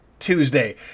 Tuesday